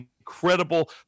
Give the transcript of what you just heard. incredible